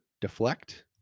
deflect